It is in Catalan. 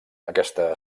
aquesta